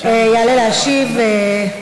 יעלה להשיב,